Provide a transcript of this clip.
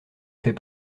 fait